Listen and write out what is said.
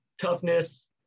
Toughness